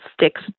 sticks